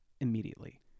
immediately